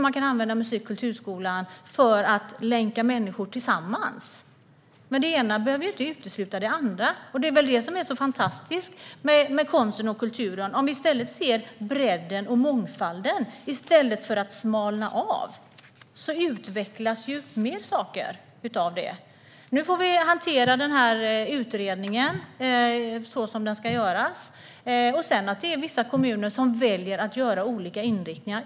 Man kan använda musik och kulturskolan för att länka samman människor. Men det ena behöver inte utesluta det andra. Det är väl det som är så fantastiskt med konsten och kulturen. Om vi ser bredden och mångfalden i stället för det smala utvecklas mer saker. Nu får vi hantera utredningen så som den ska hanteras. Vissa kommuner väljer att ha olika inriktningar.